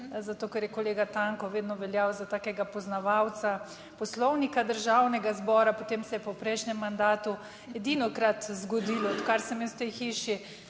Zato ker je kolega Tanko vedno veljal za takega poznavalca Poslovnika Državnega zbora, potem se je pa v prejšnjem mandatu edinokrat zgodilo, odkar sem jaz v tej hiši,